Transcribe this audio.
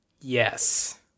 Yes